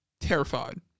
terrified